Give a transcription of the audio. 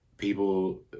people